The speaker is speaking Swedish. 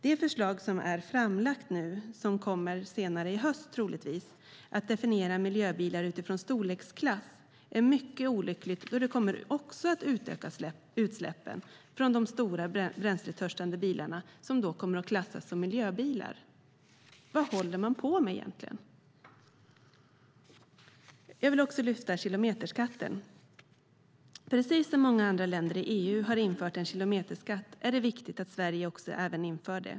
Det förslag som nu är framlagt definierar miljöbilar utifrån storleksklass. Det är mycket olyckligt då det kommer att öka utsläppen från de stora, bränsletörstande bilarna som då kommer att klassas som miljöbilar. Vad håller man på med egentligen? Jag vill också ta upp kilometerskatten. Det är viktigt att också Sverige, precis som många andra länder i EU har gjort, inför en kilometerskatt.